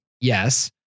yes